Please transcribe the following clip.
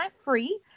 free